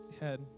head